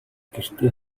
гэртээ